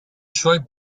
suoi